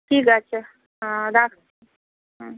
ঠিক আছে রাখছি হুম